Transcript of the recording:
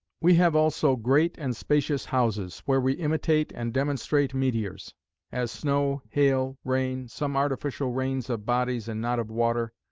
we have also great and spacious houses where we imitate and demonstrate meteors as snow, hail, rain, some artificial rains of bodies and not of water,